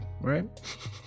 right